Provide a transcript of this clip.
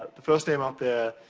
the first name up there,